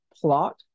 plot